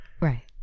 Right